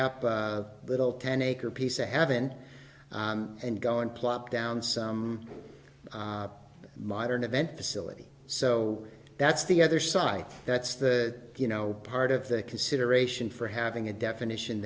up a little ten acre piece i haven't and go and plop down some modern event facility so that's the other side that's the you know part of the consideration for having a definition